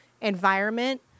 environment